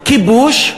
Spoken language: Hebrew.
כיבוש,